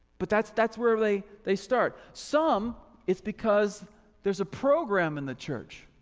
but that's that's where they they start. some, it's because there's a program in the church.